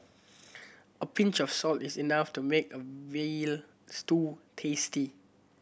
a pinch of salt is enough to make a veal stew tasty